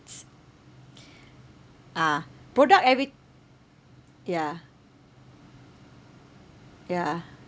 s~ ah product every~ ya ya